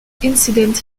incident